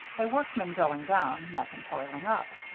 a workman going down met him toiling up.